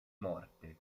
morte